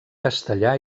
castellà